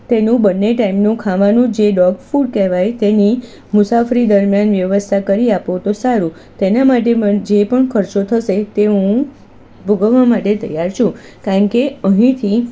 તેનું બંને ટાઈમનું ખાવાનું જે ડોગ ફૂડ કહેવાય તેની મુસાફરી દરમિયાન વ્યવસ્થા કરી આપો તો સારું તેને માટે જે મન જે પણ ખર્ચો થશે તે હું ભોગવવા માટે તૈયાર છું કારણ કે અહીંથી